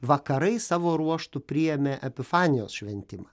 vakarai savo ruožtu priėmė epifanijos šventimą